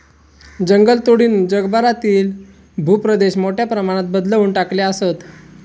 जंगलतोडीनं जगभरातील भूप्रदेश मोठ्या प्रमाणात बदलवून टाकले आसत